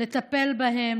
לטפל בהם,